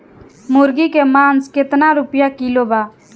मुर्गी के मांस केतना रुपया किलो बा?